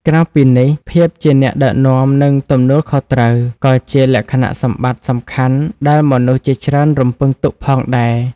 ក្រៅពីនេះ ភាពជាអ្នកដឹកនាំ និង ទំនួលខុសត្រូវ ក៏ជាលក្ខណៈសម្បត្តិសំខាន់ដែលមនុស្សជាច្រើនរំពឹងទុកផងដែរ។